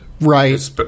right